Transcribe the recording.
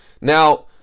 Now